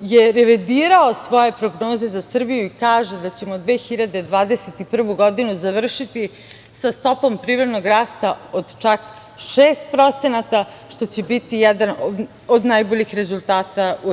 je revidirao svoje prognoze za Srbiju i kaže da ćemo 2021. godinu, završiti sa stopom privrednog rasta od čak 6%, što će biti jedan od najboljih rezultata u